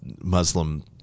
Muslim